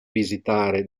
visitare